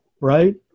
right